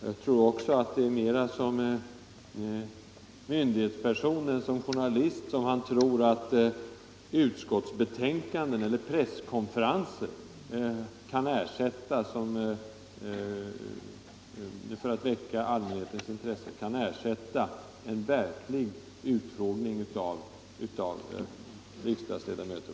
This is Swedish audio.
Det är också mer såsom myndighetsperson än såsom journalist som han tror att presskonferenser — när det gäller att väcka allmänhetens intresse — kan ersätta en verklig utfrågning.